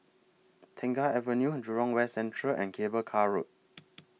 Tengah Avenue Jurong West Central and Cable Car Road